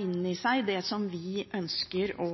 inn i seg det som vi ønsker å